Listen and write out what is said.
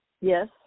Yes